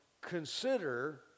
consider